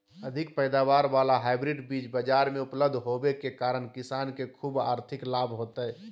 अधिक पैदावार वाला हाइब्रिड बीज बाजार मे उपलब्ध होबे के कारण किसान के ख़ूब आर्थिक लाभ होतय